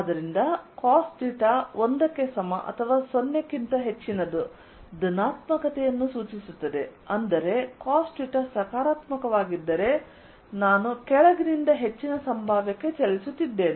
ಆದ್ದರಿಂದ cosθ 1 ಕ್ಕೆ ಸಮ ಅಥವಾ 0 ಕ್ಕಿಂತ ಹೆಚ್ಚಿನದು ಧನಾತ್ಮಕತೆಯನ್ನು ಸೂಚಿಸುತ್ತದೆ ಅಂದರೆ cosθ ಸಕಾರಾತ್ಮಕವಾಗಿದ್ದರೆ ನಾನು ಕೆಳಗಿನಿಂದ ಹೆಚ್ಚಿನ ಸಂಭಾವ್ಯಕ್ಕೆ ಚಲಿಸುತ್ತಿದ್ದೇನೆ